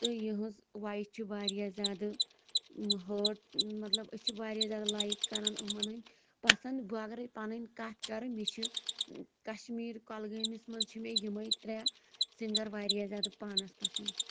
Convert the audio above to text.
تہٕ یِہٕنٛز وایِس چھِ واریاہ زیادٕ ہٲٹ مطلب أسۍ چھِ واریاہ زیادٕ لایِق کران یِمَن ہٕنٛدۍ پسند بہٕ اگر ۂے پَنٕنۍ کَتھ کَرٕ مےٚ چھِ کَشمیٖر کۄلٕگٲمِس منٛز چھِ مےٚ یِمٕے ترٛےٚ سِنٛگَر واریاہ زیادٕ پانَس پسنٛد